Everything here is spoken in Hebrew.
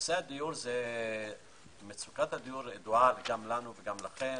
נושא הדיון הוא - מצוקת הדיור ידועה גם לנו וגם לכם.